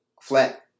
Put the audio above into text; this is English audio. flat